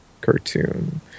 cartoon